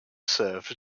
served